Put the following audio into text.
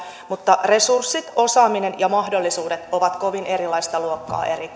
mutta resurssit osaaminen ja mahdollisuudet ovat kovin erilaista luokkaa eri